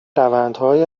روندهای